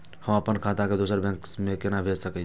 हम आपन खाता के दोसर बैंक में भेज सके छी?